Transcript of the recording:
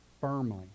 firmly